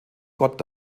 gott